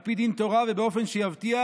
על פי דין תורה, ובאופן שיבטיח